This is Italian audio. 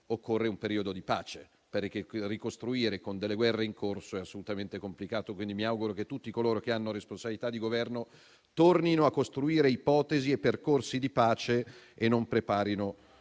(penso all'Ucraina): ricostruire con guerre in corso è infatti assolutamente complicato, quindi mi auguro che tutti coloro che hanno responsabilità di governo tornino a costruire ipotesi e percorsi di pace e non preparino